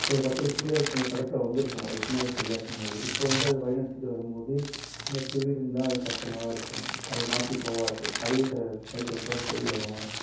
ஒரு பத்து வருசத்து முன்னடி த தடத்தில் வந்து இருக்கும் அது சின்ன வயசுப் பிள்ளையா இருக்கும்போது இப்போ வந்து அதை வழி நடத்திகிட்டு வரும்போது அந்த இடத்துல வீடு இருந்தால் அது கஷ்டமாக தான் இருக்கும் அது மாற்றி போவாது அதே வழித் தடத்தில் தான் போய் வரும்